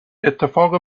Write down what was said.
اتفاق